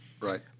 Right